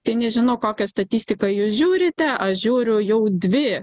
tai nežinau kokią statistiką jūs žiūrite aš žiūriu jau dvi